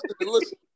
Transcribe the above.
listen